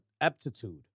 Aptitude